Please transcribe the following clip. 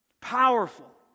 Powerful